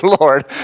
Lord